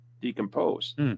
decomposed